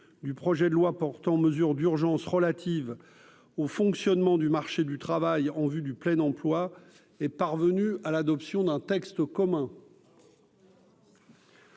du projet de loi portant mesures d'urgence relatives au fonctionnement du marché du travail en vue du plein emploi est parvenu à l'adoption d'un texte commun.